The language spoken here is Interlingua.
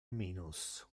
minus